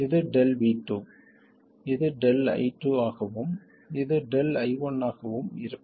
இது Δ V2 இது Δ I2 ஆகவும் இது Δ I1 ஆகவும் இருக்கும்